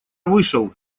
вышел